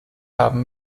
haben